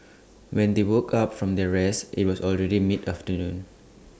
when they woke up from their rest IT was already mid afternoon